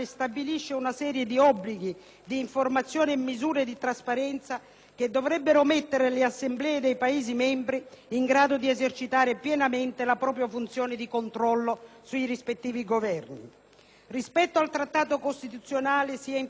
che dovrebbero mettere le Assemblee dei Paesi membri in grado di esercitare pienamente la propria funzione di controllo sui rispettivi Governi. Rispetto al Trattato costituzionale si è, infatti, convenuto di estendere i tempi previsti per l'esame dei progetti